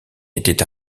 était